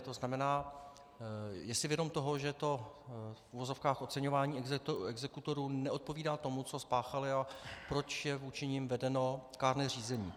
To znamená, je si vědom toho, že to v uvozovkách oceňování exekutorů neodpovídá tomu, co spáchali a proč je vůči nim vedeno kárné řízení.